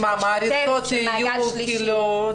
אז המעריצות שיהיו כאילו,